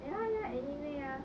ya ya anime ah